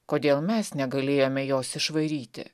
kodėl mes negalėjome jos išvaryti